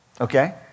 Okay